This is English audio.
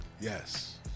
Yes